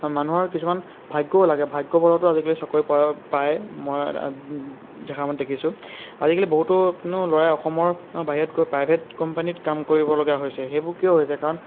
মানুহৰ কিছুমান ভাগ্যও লাগে ভাগ্যৰ বলতো আজিকালি চাকৰি পা পায় মই দেখা মই দেখিছোঁ আজিকালি বহুতো ল'ৰাই অসমৰ বাহিৰত গৈ প্ৰাইভেট কোম্পানীত কাম কৰিবলগীয়া হৈছে সেইবোৰ কিয় হৈছে কাৰণ